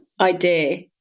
idea